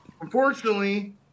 Unfortunately